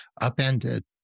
upended